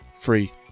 free